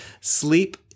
sleep